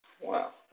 Wow